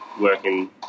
working